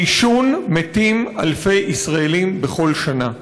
מעישון מתים אלפי ישראלים בכל שנה,